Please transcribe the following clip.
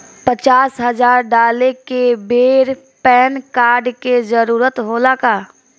पचास हजार डाले के बेर पैन कार्ड के जरूरत होला का?